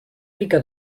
pica